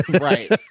right